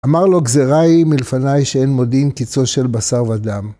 אמר לו גזרה היא מלפני שאין מודיעין קיצו של בשר ודם.